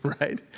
right